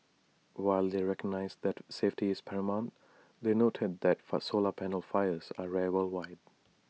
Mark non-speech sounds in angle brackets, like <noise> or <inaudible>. while they recognised that safety is paramount they noted that first solar panel fires are rare <unintelligible> wide